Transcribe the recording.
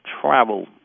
travel